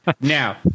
Now